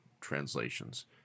translations